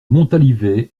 montalivet